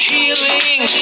Healing